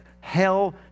hell